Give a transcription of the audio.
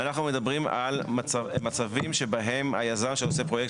אנחנו מדברים על מצבים שבהם היזם שעושה פרויקט